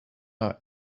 are